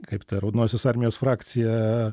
kaip ta raudonosios armijos frakcija